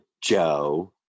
Joe